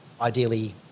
ideally